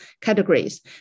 categories